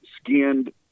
skinned